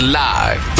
live